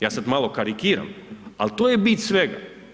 Ja sad malo karikiram, ali to je bit svega.